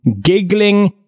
giggling